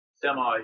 semi